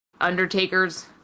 Undertakers